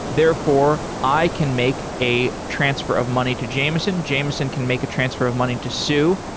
therefore, i can make a transfer of money to jameson, jameson can make a transfer of money to sue.